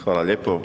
Hvala lijepo.